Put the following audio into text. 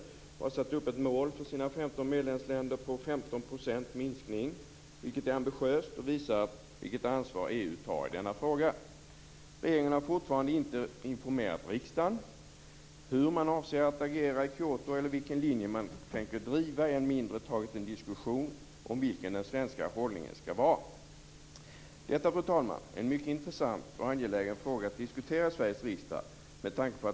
EU har satt upp ett mål för sina 15 medlemsländer på en minskning med 15 %. Det är ambitiöst, och det visar vilket ansvar EU tar i denna fråga. Regeringen har fortfarande inte informerat riksdagen när det gäller hur man avser att agera i Kyoto eller vilken linje man tänker driva. Än mindre har man tagit en diskussion om vilken den svenska hållningen skall vara. Detta, fru talman, är en mycket intressant och angelägen fråga att diskutera i Sveriges riksdag.